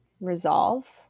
resolve